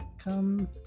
Come